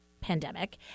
pandemic